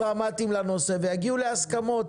ראש הממשלה והשרים הדרמטיים לנושא ויגיעו להסכמות.